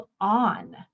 on